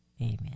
Amen